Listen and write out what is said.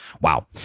Wow